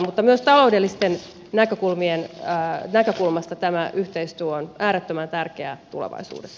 mutta myös taloudellisesta näkökulmasta tämä yhteistyö on äärettömän tärkeää tulevaisuudessa